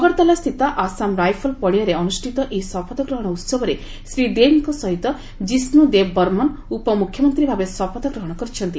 ଅଗରତାଲାସ୍ଥିତ Assam rifle ପଡିଆରେ ଅନୃଷ୍ଠିତ ଏହି ଶପଥଗ୍ହଣ ଉତ୍ସବରେ ଶ୍ରୀ ଦେବଙ୍କ ସହିତ କିଷ୍ଣ ଦେବବର୍ମନ ଉପ ମୁଖ୍ୟମନ୍ତ୍ରୀଭାବେ ଶପଥଗ୍ରହଣ କରିଛନ୍ତି